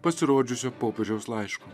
pasirodžiusio popiežiaus laiško